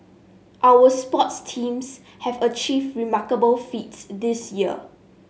our sports teams have achieved remarkable feats this year